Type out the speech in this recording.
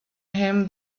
him